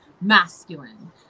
masculine